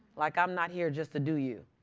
like, i'm not here just to do you.